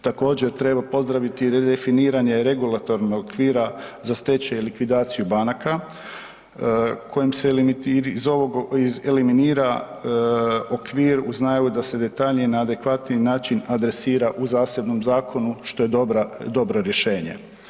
Također treba pozdraviti i redefiniranje regulatornog okvira za stečaj i likvidaciju banaka kojim se iz ovog eliminira okvir uz najavu da se detaljnije na adekvatniji način adresira u zasebnom zakonu što je dobra, dobro rješenje.